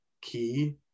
key